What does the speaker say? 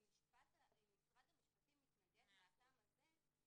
אם משרד המשפטים מתנגד מהטעם הזה,